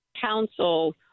council